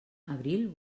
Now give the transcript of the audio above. abril